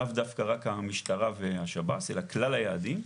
לאו דווקא רק המשטרה והשב"ס אלא כלל היעדים,